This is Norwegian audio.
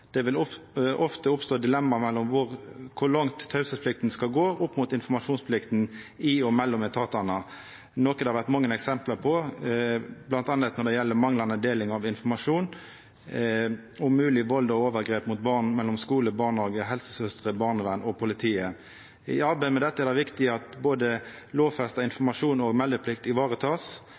Det vil ofte oppstå dilemma mellom kor langt teieplikta skal gå opp mot informasjonsplikta i og mellom etatane, noko det har vore mange eksempel på, bl.a. når det gjeld manglande deling av informasjon om mogeleg vald og overgrep mot barn mellom skule, barnehage, helsesøstrer, barnevern og politiet. I arbeidet med dette er det viktig at både lovfesta informasjon og meldeplikt